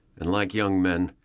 and like young men,